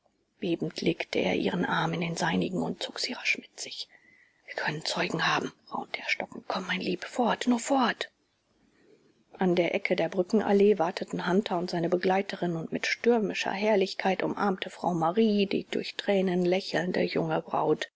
bebend legte er ihren arm in den seinigen und zog sie rasch mit sich wir können zeugen haben raunte er stockend komm mein lieb fort nur fort an der ecke der brückenallee warteten hunter und seine begleiterin und mit stürmischer herrlichkeit umarmte frau marie die durch tränen lächelnde junge braut